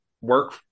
work